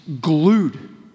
glued